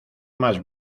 más